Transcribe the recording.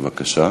בבקשה.